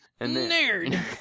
Nerd